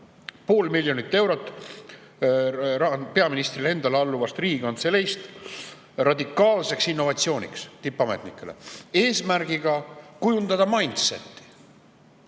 Pool miljonit eurot peaministrile endale alluvast Riigikantseleist radikaalseks innovatsiooniks tippametnikele, eesmärgiga kujundadamindset'i.